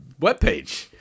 webpage